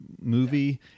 movie